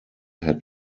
had